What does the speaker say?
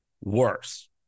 Worse